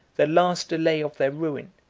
the last delay of their ruin,